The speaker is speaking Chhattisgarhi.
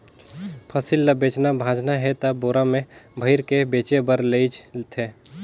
फसिल ल बेचना भाजना हे त बोरा में भइर के बेचें बर लेइज थें